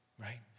right